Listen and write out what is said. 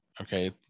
Okay